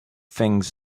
things